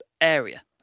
area